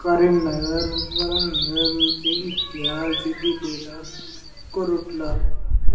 Karimnagar Warangal Jagtial Siddipet Korutla